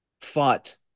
fought